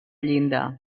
llinda